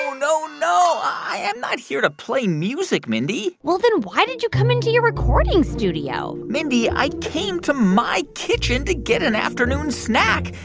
no, no, no. i am not here to play music, mindy well, then why did you come into your recording studio? mindy, i came to my kitchen to get an afternoon snack